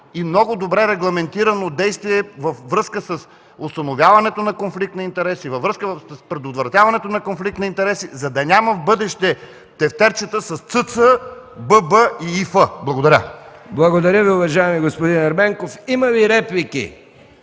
и много добре регламентирано действие във връзка с установяването на конфликт на интереси, във връзка с предотвратяването на конфликт на интереси, за да няма в бъдеще тефтерчета с Ц.Ц., Б.Б. и И.Ф. Благодаря. ПРЕДСЕДАТЕЛ МИХАИЛ МИКОВ: Благодаря Ви, уважаеми господин Ерменков. Има ли реплики?